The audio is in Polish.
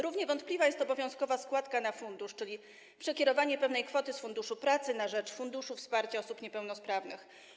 Równie wątpliwa jest obowiązkowa składka na fundusz, czyli przekierowanie pewnej kwoty z Funduszu Pracy na rzecz funduszu wsparcia osób niepełnosprawnych.